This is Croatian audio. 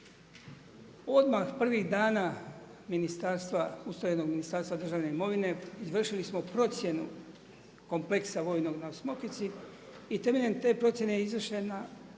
Odmah prvih dana ustrojenog Ministarstva državne imovine, izvršili smo procjenu kompleksa vojnog na Smokvici i temeljem te procjene je utvrđena